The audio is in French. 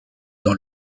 dans